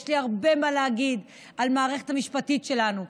יש לי הרבה מה להגיד על המערכת המשפטית שלנו,